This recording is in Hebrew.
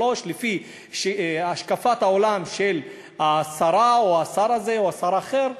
שלוש לפי השקפת העולם של השרה או השר הזה או שר אחר,